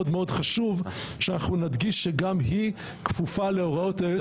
מאוד מאוד חשוב שאנחנו נדגיש שגם היא כפופה להוראות היועץ